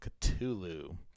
Cthulhu